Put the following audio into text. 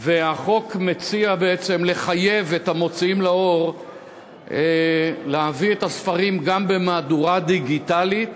והחוק מציע לחייב את המוציאים לאור להביא את הספרים גם במהדורה דיגיטלית